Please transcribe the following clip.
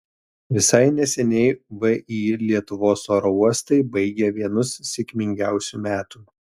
visai neseniai vį lietuvos oro uostai baigė vienus sėkmingiausių metų